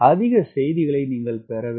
அதிக செய்திகளை நீங்க பெற வேண்டும்